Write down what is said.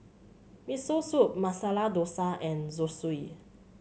Miso Soup Masala Dosa and Zosui